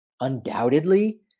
undoubtedly